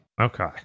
Okay